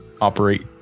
operate